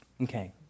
Okay